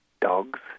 dogs